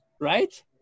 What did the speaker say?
Right